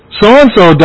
so-and-so